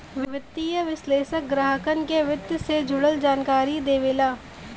वित्तीय विश्लेषक ग्राहकन के वित्त से जुड़ल जानकारी देवेला